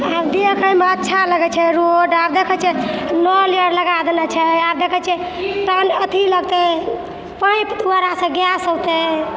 आब देखयमे अच्छा लगै छै रोड आब देखै छियै नल अर लगा देने छै आब देखै छियै अथी लगतै पाइप द्वारासँ गैस औतै